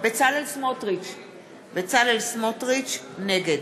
בצלאל סמוטריץ, נגד